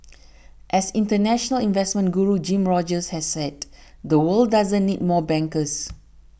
as international investment guru Jim Rogers has said the world doesn't need more bankers